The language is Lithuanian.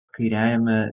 kairiajame